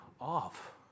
off